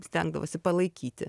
stengdavosi palaikyti